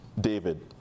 David